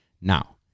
Now